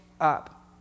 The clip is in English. up